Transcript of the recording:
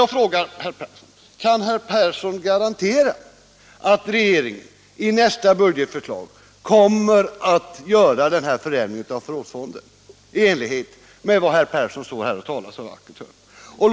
Kan herr Persson i Heden garantera att regeringen i nästa års budgetförslag kommer att göra den förändring av förrådsfonden som herr Persson nu talar så vackert om?